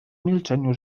milczeniu